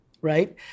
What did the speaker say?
right